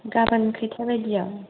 गाबोन खैथा बादियाव